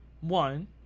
one